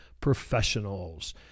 professionals